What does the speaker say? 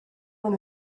run